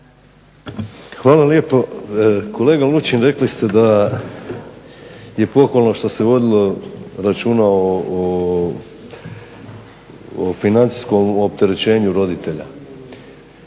Hvala lijepo. Kolega Lučin rekli ste da je pohvalno što se vodilo računa o financijskom opterećenju roditelja.